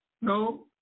No